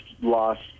lost